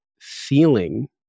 feeling